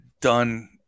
done